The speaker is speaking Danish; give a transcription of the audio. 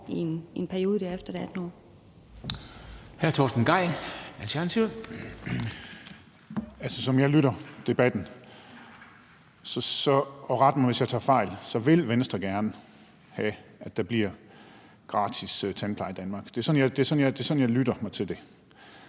i en periode der efter det 18.